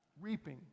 reaping